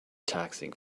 taxing